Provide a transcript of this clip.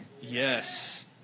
yes